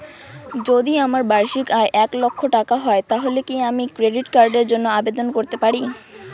যদি আমার বার্ষিক আয় এক লক্ষ টাকা হয় তাহলে কি আমি ক্রেডিট কার্ডের জন্য আবেদন করতে পারি?